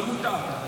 לא מותר.